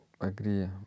agree